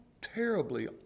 terribly